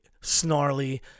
snarly